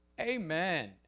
Amen